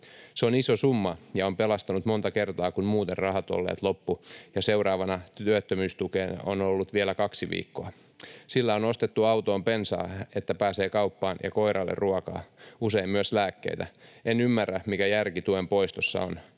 Se on iso summa ja on pelastanut monta kertaa, kun muuten rahat olleet loppu ja seuraavaan työttömyystukeen on ollut vielä kaksi viikkoa. Sillä on ostettu autoon bensaa, että pääsee kauppaan, ja koiralle ruokaa, usein myös lääkkeitä. En ymmärrä, mikä järki tuen poistossa on.